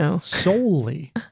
solely